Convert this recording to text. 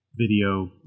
video